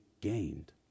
gained